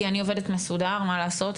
כי אני עובדת מסודר מה לעשות,